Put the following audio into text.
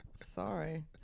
Sorry